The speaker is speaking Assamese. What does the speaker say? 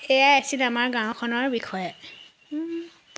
এয়াই আছিল আমাৰ গাঁওখনৰ বিষয়ে